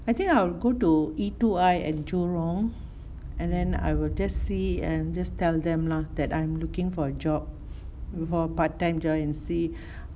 I think I'll go to E two I at jurong and then I will just see and just tell them lah that I'm looking for a job a part time job and see